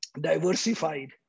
diversified